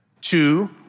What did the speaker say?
Two